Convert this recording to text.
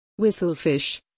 Whistlefish